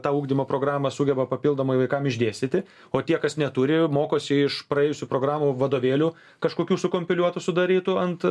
tą ugdymo programą sugeba papildomai vaikam išdėstyti o tie kas neturi mokosi iš praėjusių programų vadovėlių kažkokių sukompiliuotų sudarytų ant